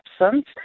absence